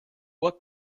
what